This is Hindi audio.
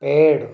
पेड़